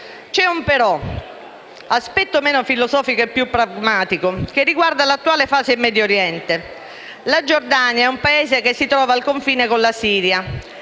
C'è un però, un aspetto meno filosofico e più pragmatico, che riguarda l'attuale fase in Medio Oriente. La Giordania è un Paese che si trova al confine con la Siria,